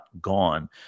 gone